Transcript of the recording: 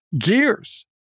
Gears